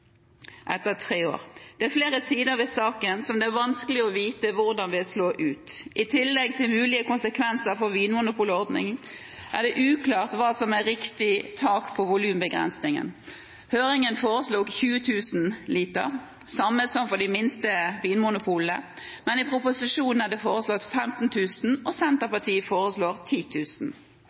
etter tre år. Det er flere sider ved saken som det er vanskelig å vite hvordan vil slå ut. I tillegg til mulige konsekvenser for vinmonopolordningen er det uklart hva som er riktig tak på volumbegrensningen. Høringen foreslo 20 000 liter – det samme som for de minste vinmonopolene, mens det i proposisjonen er foreslått 15 000 liter, og Senterpartiet foreslår